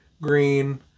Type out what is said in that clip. green